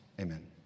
Amen